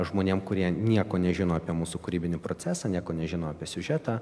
žmonėm kurie nieko nežino apie mūsų kūrybinį procesą nieko nežino apie siužetą